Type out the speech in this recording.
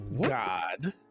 God